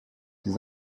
des